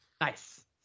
Nice